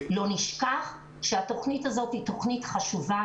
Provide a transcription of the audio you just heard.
לא נשכח שהתוכנית הזו היא תוכנית חשובה